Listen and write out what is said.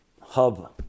hub